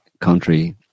country